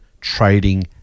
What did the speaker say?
trading